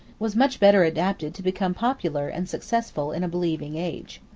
was much better adapted to become popular and successful in a believing age.